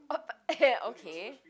eh okay